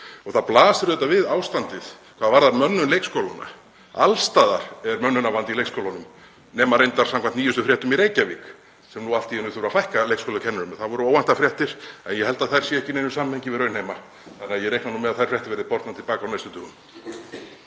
Það blasir auðvitað við ástandið í mönnun leikskólanna. Alls staðar er mönnunarvandi í leikskólunum, nema reyndar samkvæmt nýjustu fréttum í Reykjavík þar sem allt í einu þarf að fækka leikskólakennurum. Það voru óvæntar fréttir en ég held að þær séu ekki í neinu samhengi við raunheima og reikna nú með að þær fréttir verði bornar til baka á næstu dögum.